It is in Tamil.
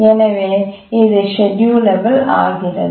எனவே இது ஷெட்யூலெபல் ஆகிறது